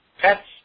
pets